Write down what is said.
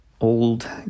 Old